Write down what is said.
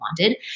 wanted